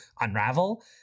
Unravel